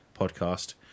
podcast